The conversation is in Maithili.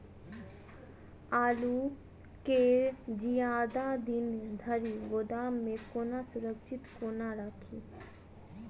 आलु केँ जियादा दिन धरि गोदाम मे कोना सुरक्षित कोना राखि?